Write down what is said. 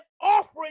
offering